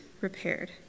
repaired